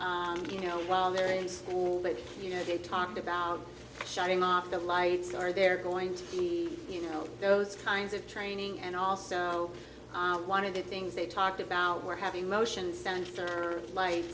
verses you know while they're in school but you know they talked about shutting off the lights are there going to be you know those kinds of training and also one of the things they talked about were having motion sensor li